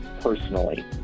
personally